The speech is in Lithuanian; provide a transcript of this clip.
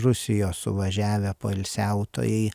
rusijos suvažiavę poilsiautojai